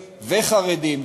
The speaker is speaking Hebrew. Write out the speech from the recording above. וחרדים,